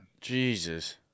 Jesus